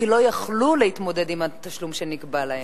כי לא יכלו להתמודד עם התשלום שנקבע להם.